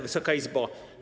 Wysoka Izbo!